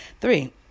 three